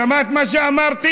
שמעת מה שאמרתי?